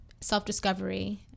self-discovery